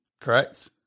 correct